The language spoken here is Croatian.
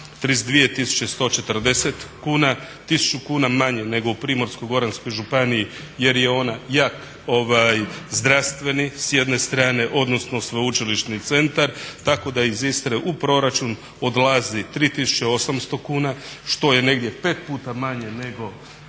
32140 kuna, 1000 kuna manje nego u Primorsko-goranskoj županiji jer je ona jak zdravstveni s jedne strane, odnosno sveučilišni centar tako da iz Istre u proračun odlazi 3800 kuna što je negdje pet puta manje nego